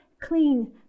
clean